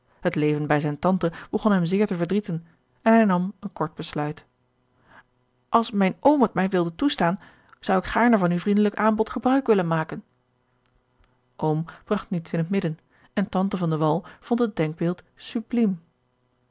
het leven bij zijne tante begon hem zeer te verdrieten en hij nam een kort besluit als mijn oom het mij wilde toestaan zou ik gaarne van uw vriendelijk aanbod gebruik willen maken oom bragt niets in het midden en tante van de wall vond het denkbeeld subliem